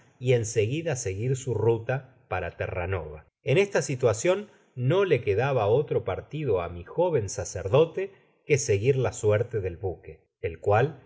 y en seguida seguir la ruta para terranova en esta situacion no le quedaba otro partido á mi jóven sacerdote que seguir la suerte del buque el cnal